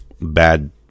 bad